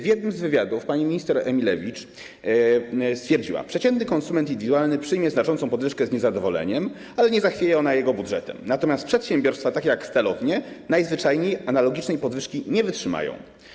W jednym z wywiadów pani minister Emilewicz stwierdziła: przeciętny konsument indywidualny przyjmie znaczącą podwyżkę z niezadowoleniem, ale nie zachwieje ona jego budżetem, natomiast przedsiębiorstwa, takie jak stalownie, najzwyczajniej analogicznej podwyżki nie wytrzymają.